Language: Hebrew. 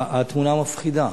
התמונה מפחידה.